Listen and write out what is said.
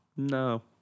No